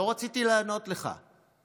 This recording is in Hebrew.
לא רציתי לענות לך,